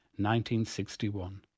1961